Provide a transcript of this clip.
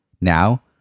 Now